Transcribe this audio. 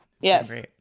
Yes